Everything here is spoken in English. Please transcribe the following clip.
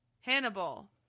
Hannibal